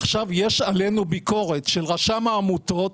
עכשיו יש עלינו ביקורת של רשם העמותות,